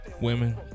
women